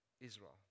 Israel